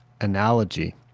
analogy